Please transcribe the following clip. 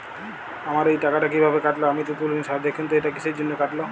আমার এই টাকাটা কীভাবে কাটল আমি তো তুলিনি স্যার দেখুন তো এটা কিসের জন্য কাটল?